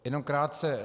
Jenom krátce.